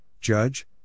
judge